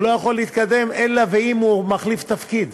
והוא לא יכול להתקדם אלא ואם הוא מחליף תפקיד.